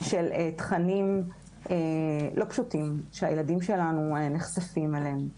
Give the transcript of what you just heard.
של תכנים לא פשוטים שהילדים שלנו נחשפים אליהם.